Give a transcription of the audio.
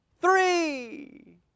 three